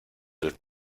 del